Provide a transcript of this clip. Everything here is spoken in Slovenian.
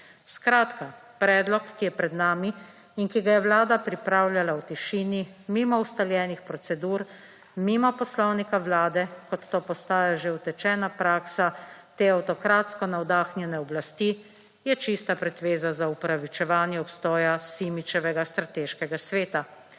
Skratka, predlog ki je pred nami in ki ga je Vlada pripravljala v tišini mimo ustaljenih procedur, mimo Poslovnika Vlade kot to postaja že utečena praksa te avtokratko navdahnjene oblasti je čista pretveza za upravičevanje obstoja Simičevega strateškega sveta.